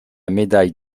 médaille